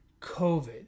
COVID